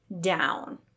down